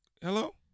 hello